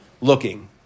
looking